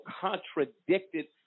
contradicted